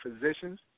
physicians